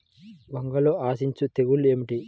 వంగలో ఆశించు తెగులు ఏమిటి?